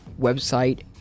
website